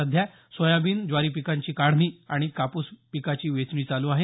सध्या सोयाबीन ज्वारी पिकांची काढणी आणि कापूस पिकाची वेचणी चालू आहे